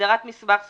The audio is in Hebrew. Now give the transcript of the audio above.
הגדרת "מסמך סביבתי"